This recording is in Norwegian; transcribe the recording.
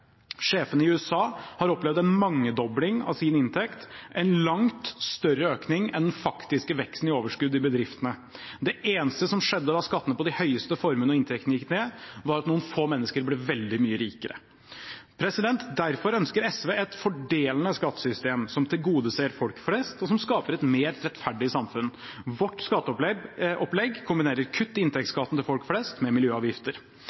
Sjefene i USA har opplevd en mangedobling av sin inntekt, en langt større økning enn den faktiske veksten i overskudd i bedriftene. Det eneste som skjedde da skattene på de høyeste formuene og inntektene gikk ned, var at noen få mennesker ble veldig mye rikere. Derfor ønsker SV et fordelende skattesystem som tilgodeser folk flest, og som skaper et mer rettferdig samfunn. Vårt skatteopplegg kombinerer kutt i inntektsskatten til folk flest med miljøavgifter.